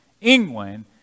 England